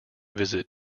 visit